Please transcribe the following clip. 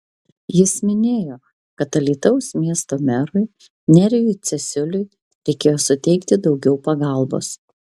jis minėjo kad alytaus miesto merui nerijui cesiuliui reikėjo suteikti daugiau pagalbos